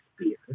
beer